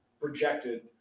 projected